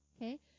Okay